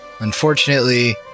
Unfortunately